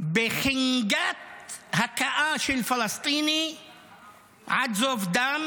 בחינגת הכאה של פלסטיני עד זוב דם